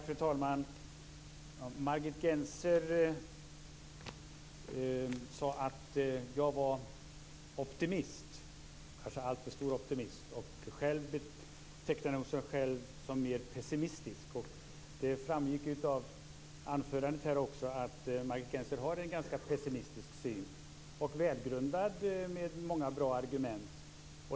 Fru talman! Margit Gennser sade att jag var optimist - kanske alltför optimistisk. Hon betecknade sig själv som mer pessimistisk. Det framgick också av anförandet att Margit Gennser har en ganska pessimistisk syn. Den är välgrundad, och hon har många bra argument.